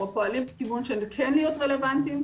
פועלים בכיוון של כן להיות רלוונטיים,